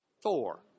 Thor